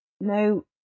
no